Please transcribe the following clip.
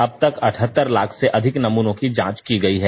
अब तक अठहत्तर लाख से अधिक नमूनों की जांच की गई है